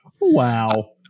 Wow